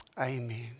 Amen